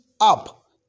up